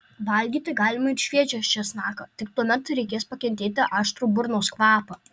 valgyti galima ir šviežią česnaką tik tuomet reikės pakentėti aštrų burnos kvapą